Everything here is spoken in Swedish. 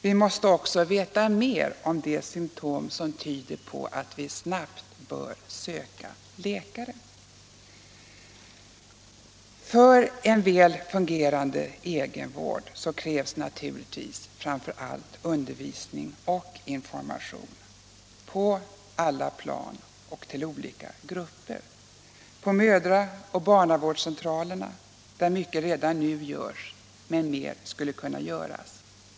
Vi måste också veta mer om de symtom som tyder på att vi snabbt bör söka läkare. För en väl fungerande egenvård krävs naturligtvis framför allt undervisning och information på alla plan och till olika grupper. På mödraoch barnavårdscentralerna görs redan nu mycket, men mer skulle kunna göras.